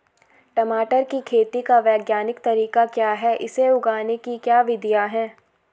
टमाटर की खेती का वैज्ञानिक तरीका क्या है इसे उगाने की क्या विधियाँ हैं?